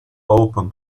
open